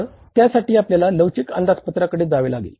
तर त्यासाठी आपल्याला लवचिक अंदाजपत्राकडे जावे लागेल